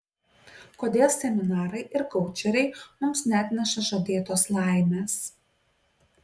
kodėl seminarai ir koučeriai mums neatneša žadėtos laimės